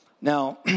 Now